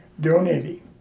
donating